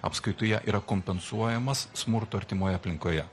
apskaitoje yra kompensuojamas smurto artimoje aplinkoje